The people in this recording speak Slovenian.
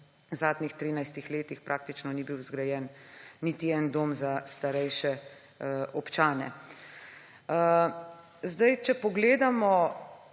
zadnjih 13 letih praktično ni bil zgrajen niti en dom za starejše občane. Če pogledamo